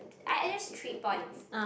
I at least three points